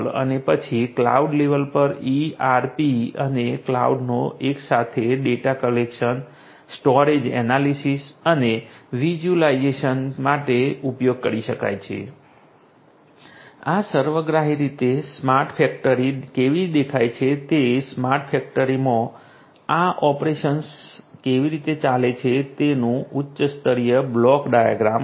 અને પછી cloud level પર ERP અને ક્લાઉડનો એકસાથે ડેટા કલેક્શન સ્ટોરેજ એનાલિસિસ અને વિઝ્યુલાઇઝેશન માટે ઉપયોગ કરી શકાય છે આ સર્વગ્રાહી રીતે સ્માર્ટ ફેક્ટરી કેવી દેખાય છે તે સ્માર્ટ ફેક્ટરીમાં આ ઓપરેશન્સ કેવી રીતે ચાલે છે તેનું ઉચ્ચ સ્તરીય બ્લોક ડાયાગ્રામ છે